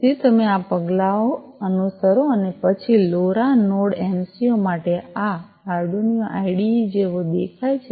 તેથી તમે આ પગલાં અનુસરો અને પછી લોરા નોડ એમસિયું માટે આ આર્ડુનીઓ આઈડીઇ જેવો દેખાય છે